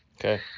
Okay